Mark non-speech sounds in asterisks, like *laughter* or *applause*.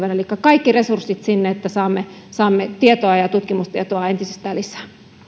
*unintelligible* niin kaikki resurssit sinne että saamme tietoa ja ja tutkimustietoa entisestään lisää se